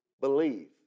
believe